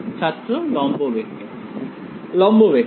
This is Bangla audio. ছাত্র লম্ব ভেক্টর লম্ব ভেক্টর